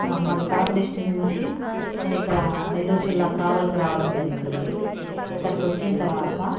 ఆ మాది కడప డిస్టిక్ నుంచి నేను ఇక్కడ నెల్లూరు జిల్లా కావలికి రావడం జరిగింది ఇక్కడకి వచ్చిన తర్వాత